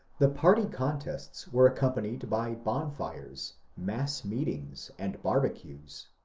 the party contests were accompanied by bonfires, mass meetings, and barbecues.